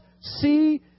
see